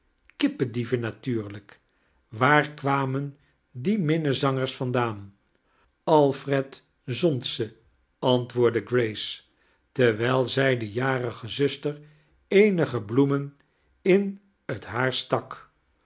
kippendieven natuurlijk waar kwamen die minnezangers vandaan alfred zond ze amtwoordde grace terwijl zij de jarige zuster eenige bloemen in het haar stak